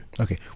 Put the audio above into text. Okay